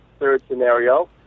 ThirdScenario